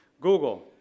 Google